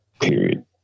Period